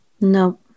No